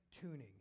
tuning